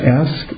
ask